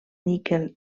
níquel